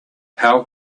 how